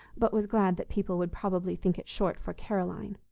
but was glad that people would probably think it short for caroline.